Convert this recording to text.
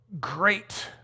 great